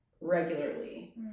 regularly